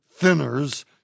thinners